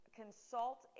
consult